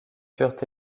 furent